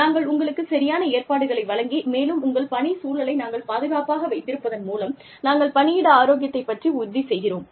நாங்கள் உங்களுக்குச் சரியான ஏற்பாடுகளை வழங்கி மேலும் உங்கள் பணிச்சூழலை நாங்கள் பாதுகாப்பாக வைத்திருப்பதன் மூலம் நாங்கள் பணியிட ஆரோக்கியத்தை உறுதி செய்கிறோம்